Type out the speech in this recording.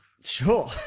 Sure